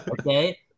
Okay